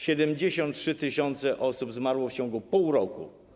73 tys. osób zmarło w ciągu pół roku.